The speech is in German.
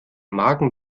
magen